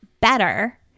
better